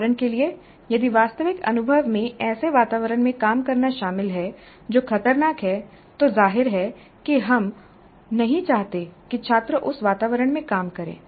उदाहरण के लिए यदि वास्तविक अनुभव में ऐसे वातावरण में काम करना शामिल है जो खतरनाक है तो जाहिर है कि हम नहीं चाहते कि छात्र उस वातावरण में काम करें